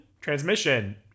transmission